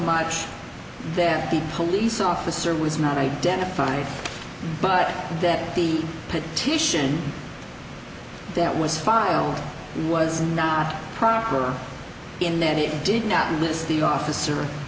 much that the police officer was not identified but that the petition that was filed was not proper in that it did not miss the officer